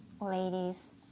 Ladies